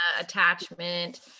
attachment